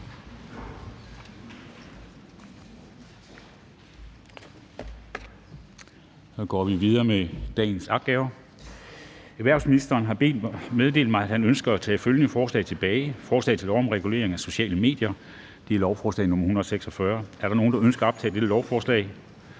Så går vi videre med dagens opgaver. Erhvervsministeren (Simon Kollerup) har meddelt mig, at han ønsker at tage følgende forslag tilbage: Forslag til lov om regulering af sociale medier. (Lovforslag nr. L 146). Er der nogen, der ønsker at optage dette lovforslag?